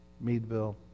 Meadville